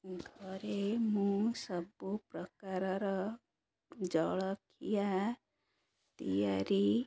ଘରେ ମୁଁ ସବୁ ପ୍ରକାରର ଜଳଖିଆ ତିଆରି